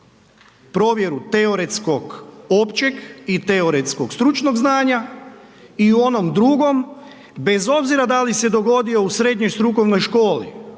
provjeru teoretskog općeg i teoretskog stručnog znanja i u onom drugom, bez obzira da li se dogodio u srednje strukovnoj školi